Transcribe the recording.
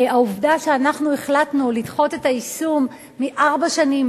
העובדה שאנחנו החלטנו לדחות את היישום מארבע שנים,